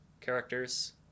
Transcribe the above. characters